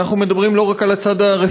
אנחנו מדברים על ילדים,